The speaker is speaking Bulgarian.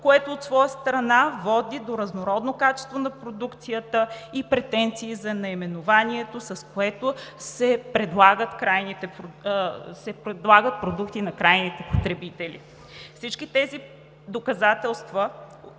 което от своя страна води до разнородно качество на продукцията и претенции за наименованието, с което се предлагат продукти на крайните потребители. Всички тези доказателства